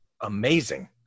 amazing